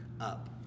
up